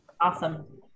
Awesome